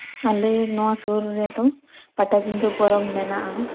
ᱟᱞᱮ ᱱᱚᱣᱟ ᱥᱩᱨ ᱨᱮᱫᱚ ᱯᱟᱴᱟᱵᱤᱸᱫᱷᱟᱹ ᱯᱚᱨᱚᱵᱽ ᱢᱮᱱᱟᱜᱼᱟ